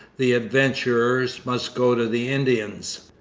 the adventurers must go to the indians.